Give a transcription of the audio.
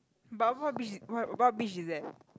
but what beach what about beach is that